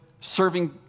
serving